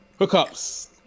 Hookups